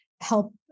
help